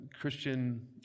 Christian